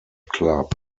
club